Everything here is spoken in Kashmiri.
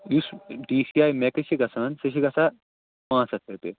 یُس ٹی سی آی مٮ۪کٕس چھِ گژھان سُہ چھِ گژھان پانٛژھ ہَتھ رۄپیہِ